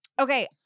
okay